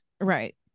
Right